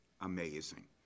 amazing